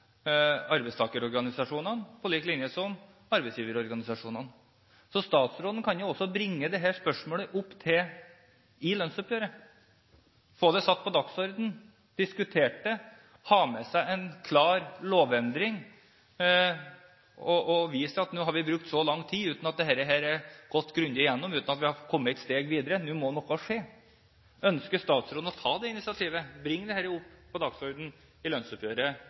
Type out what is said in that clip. arbeidstakerorganisasjonene og på lik linje med arbeidsgiverorganisasjonene. Så statsråden kan jo også bringe dette spørsmålet opp i lønnsoppgjøret, få det satt på dagsordenen, diskutere det, ha med seg en klar lovendring og vise til at nå har vi brukt så lang tid, uten at dette er gått grundig gjennom, og uten at vi har kommet et steg videre. Nå må noe skje. Ønsker statsråden å ta det initiativet, bringe dette opp på dagsordenen i lønnsoppgjøret